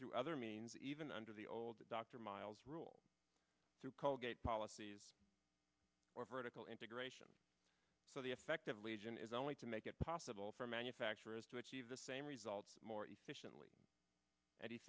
through other means even under the old dr miles rule through colgate policies or vertical integration so the effective lesion is only to make it possible for manufacturers to achieve the same results more efficiently